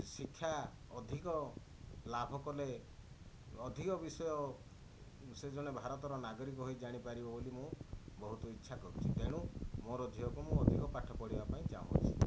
ଶିକ୍ଷା ଅଧିକ ଲାଭ କଲେ ଅଧିକ ବିଷୟ ସେ ଜଣେ ଭାରତର ନାଗରିକ ହୋଇ ଜାଣିପାରିବ ବୋଲି ମୁଁ ବହୁତ ଇଛା କରୁଛି ତେଣୁ ମୋର ଝିଅକୁ ମୁଁ ଅଧିକ ପାଠ ପଢ଼େଇବା ପାଇଁ ଚାହୁଁଅଛି